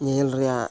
ᱧᱮᱧᱮᱞ ᱨᱮᱭᱟᱜ